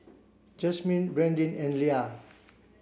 Jasmyne Brandin and Lia